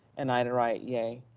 and ida wright yea.